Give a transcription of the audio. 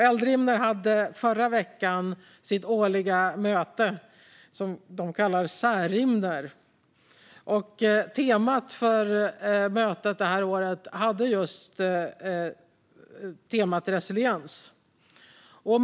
Eldrimner hade förra veckan sitt årliga möte, Särimner. Temat för årets möte var just resiliens.